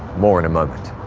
more in a moment.